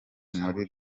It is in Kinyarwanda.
muri